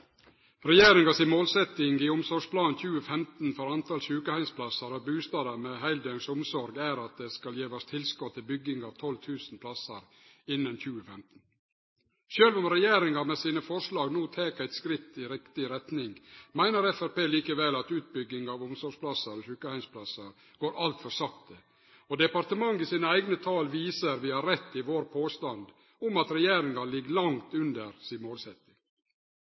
Regjeringa si målsetjing i Omsorgsplan 2015 for talet på sjukeheimsplassar og bustader med heildøgns omsorg er at det skal gjevast tilskot til bygging av 12 000 plassar innan 2015. Sjølv om regjeringa med sine forslag no tek eit skritt i riktig retning, meiner Framstegspartiet at utbygginga av omsorgsplassar og sjukeheimsplassar går altfor sakte. Departementet sine eigne tal viser at vi har rett i vår påstand om at regjeringa ligg langt under målsetjinga si.